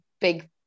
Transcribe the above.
big